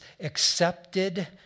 accepted